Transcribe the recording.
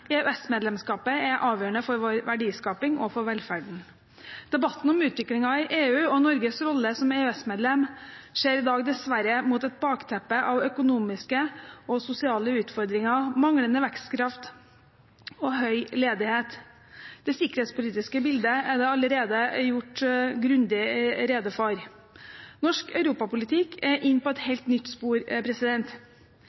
er avgjørende for vår verdiskaping og for velferden. Debatten om utviklingen i EU og Norges rolle som EØS-medlem skjer i dag dessverre mot et bakteppe av økonomiske og sosiale utfordringer, manglende vekstkraft og høy ledighet. Det sikkerhetspolitiske bildet er det allerede gjort grundig rede for. Norsk europapolitikk er inne på et